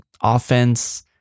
offense